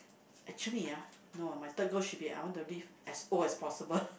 actually ah no ah my third goal should be I want to live as old as possible